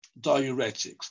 diuretics